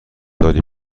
داری